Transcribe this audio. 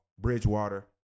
Bridgewater